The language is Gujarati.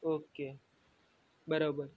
ઓકે બરાબર